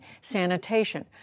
sanitation